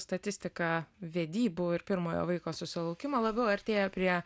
statistika vedybų ir pirmojo vaiko susilaukimo labiau artėja prie